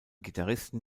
gitarristen